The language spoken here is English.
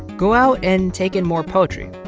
go out and take in more poetry.